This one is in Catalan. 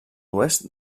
oest